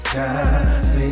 time